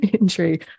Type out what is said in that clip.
injury